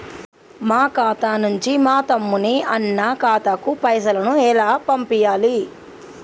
మా ఖాతా నుంచి మా తమ్ముని, అన్న ఖాతాకు పైసలను ఎలా పంపియ్యాలి?